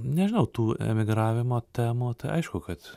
nežinau tų emigravimo temų tai aišku kad